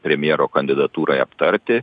premjero kandidatūrai aptarti